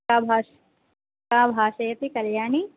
का का भाषयति कल्याणी